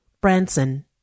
Branson